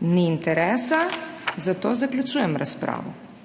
(Ne.) Ni interesa, zato zaključujem razpravo.